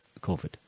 COVID